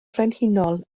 frenhinol